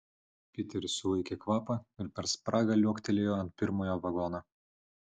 piteris sulaikė kvapą ir per spragą liuoktelėjo ant pirmojo vagono